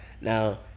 Now